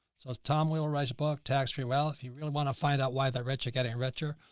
it was tom wheelwright's book. tax-free well, if you really want to find out why the rich are getting richer,